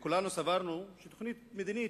כולנו סברנו שתוכנית מדינית,